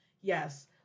Yes